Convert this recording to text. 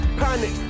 panic